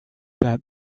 doubt